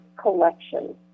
collection